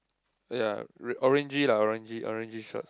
uh yea r~ orangey lah orangey orangey shorts